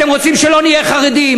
אתם רוצים שלא נהיה חרדים.